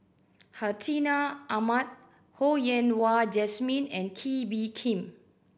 Hartinah Ahmad Ho Yen Wah Jesmine and Kee Bee Khim